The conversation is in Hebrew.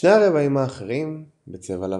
שני רבעים האחרים בצבע לבן.